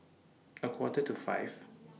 A Quarter to five